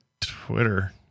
Twitter